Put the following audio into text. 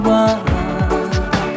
one